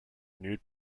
nude